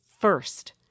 first